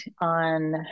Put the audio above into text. on